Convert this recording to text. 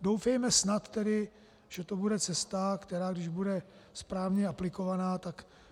Doufejme snad tedy, že to bude cesta, která když bude správně aplikovaná,